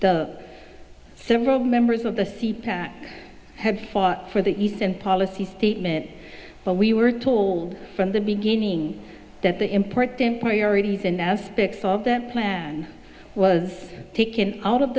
the several members of the c pac have fought for the eastern policy statement but we were told from the beginning that the important priorities in aspects of the plan was taken out of